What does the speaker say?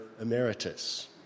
Emeritus